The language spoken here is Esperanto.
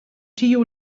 tiu